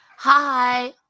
hi